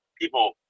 people